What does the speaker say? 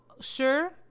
Sure